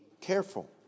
careful